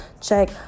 check